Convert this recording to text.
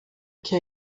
que